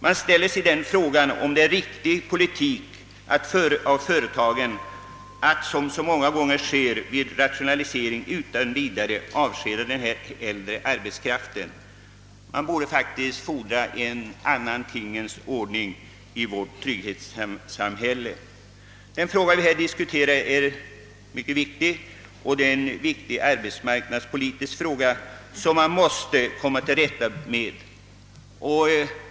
Man frågar sig också om det är riktig politik av företagen att, som många gånger sker vid rationaliseringar, utan vidare avskeda den äldre arbetskraften. Man borde faktiskt kun na fordra en annan tingens ordning i vårt trygghetssamhälle. Den fråga som vi här diskuterar är mycket viktig även ur arbetsmarknadspolitisk synpunkt,' och vi måste kommå till rätta med den.